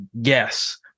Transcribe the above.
yes